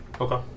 Okay